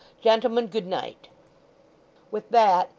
gentlemen, good night with that,